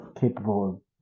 capable